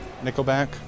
Nickelback